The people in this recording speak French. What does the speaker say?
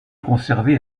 conservée